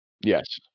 Yes